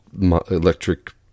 electric